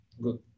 good